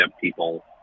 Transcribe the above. people